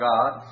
God